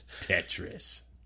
tetris